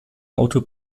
auto